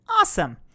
awesome